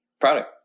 product